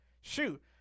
Shoot